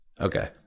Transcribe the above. Okay